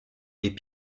les